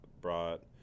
brought